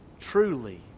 truly